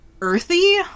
earthy